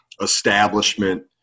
establishment